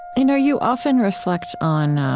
you know, you often reflect on